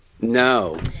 No